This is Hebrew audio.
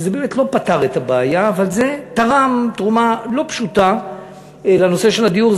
שזה באמת לא פתר את הבעיה אבל זה תרם תרומה לא פשוטה לנושא של הדיור,